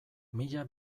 mila